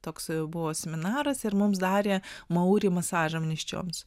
toks buvo seminaras ir mums darė masažą mišioms